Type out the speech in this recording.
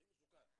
הכי מסוכן,